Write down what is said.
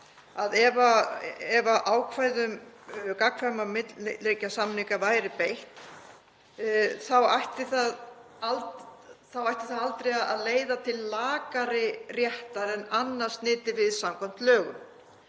ef ákvæði um gagnkvæma milliríkjasamninga væri beitt þá ætti það aldrei að leiða til lakari réttar en annars nyti við samkvæmt lögum.